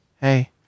Hey